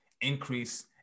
increase